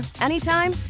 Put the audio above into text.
anytime